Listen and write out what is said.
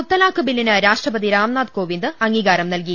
മുത്തലാഖ് ബില്ലിന് രാഷ്ട്രപതി രാംനാഥ് കോവിന്ദ് അംഗീ കാരം നൽകി